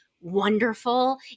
wonderful